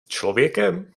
člověkem